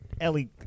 Ellie